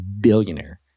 billionaire